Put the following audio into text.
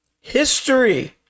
history